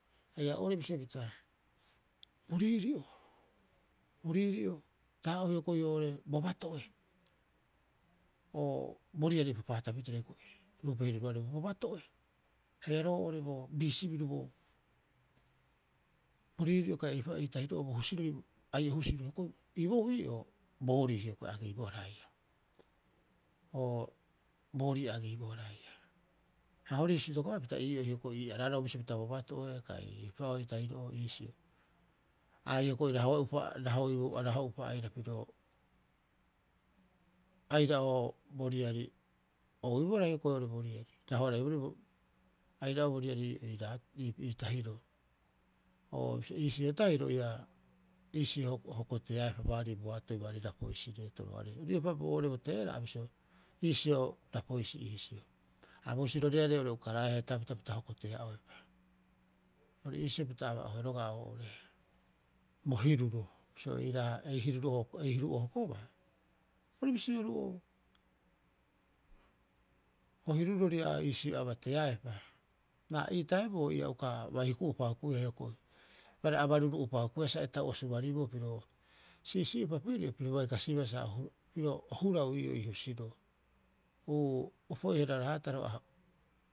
Haia oo'ore bisio pita boriiri'o, bo riiri'o taha'oo hioko'i oo'ore bo bato'e. Oo bo riari paatapitee hioko'i ruupe hiruroarei, bo bato'e haia roo'ore boo biisi biru, bo riiri'o kai ei pa'oo, ei tahiro'oo, bo husirori ai'o husiro, hioko'i i boou ii'oo boorii hioko'i a ageibohara haia oo boorii a ageibohara haia. Ha hori husi itokopapita haia ii'oo hioko'i ii araroo bisio pita bo bato'e kai eipa'oo ei tahiro'oo iisio. A raho'opa aira pirio aira'oo bo riari, o ouibohara hioko'i oo'ore bo riari. O raoaraiborii aira'oo bo riari ii'oo ii tahiroo, o iisio tahiro ia iisio hoko teaepa baari boatoi baari rapoisi reetoroarei. Riopa oo'ore bo teera'a, bisio iisio rapoisi iisio. Ha bo husiroriarei are uka raeaa, heetaapita hokotea'oepa. Orii iisio pita aba'ohe roga'a oo'ore bo hiruro. Bisio ei hiru'oo hokobaa, oru bisi oru'oo. Bo hirurori a iisii abateaepa ha ii taibuo, ia uka bai huku'upa hukuia hioko'i. Eipaareha a baruru'upa hukuiia sa etau o suariboo, piro si'isi'iupa pirio piro bai kasibaa piro o hurai ii'oo ii husiroo. Uu, opo'iihara raataro a.